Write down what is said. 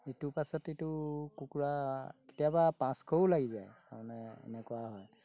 ইটোৰ পাছত ইটো কুকুৰা কেতিয়াবা পাঁচশও লাগি যায় মানে এনেকুৱা হয়